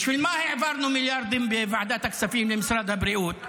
בשביל מה העברנו מיליארדים בוועדת הכספים למשרד הבריאות,